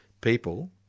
People